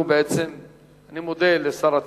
אני מודה לשר התקשורת.